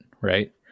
Right